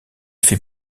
fait